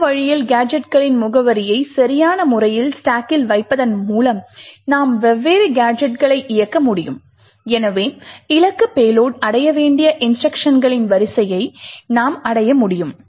இந்த வழியில் கேஜெட்களின் முகவரியை சரியான முறையில் ஸ்டாக்கில் வைப்பதன் மூலம் நாம் வெவ்வேறு கேஜெட்களை இயக்க முடியும் எனவே இலக்கு பேலோட் அடைய வேண்டிய இன்ஸ்ட்ருக்ஷன்களின் வரிசையை நாம் அடைய முடியும்